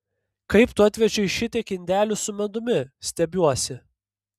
kaip tu atvežei šitiek indelių su medumi stebiuosi